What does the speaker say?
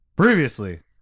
Previously